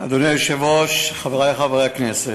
אדוני היושב-ראש, חברי חברי הכנסת,